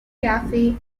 cafe